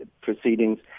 proceedings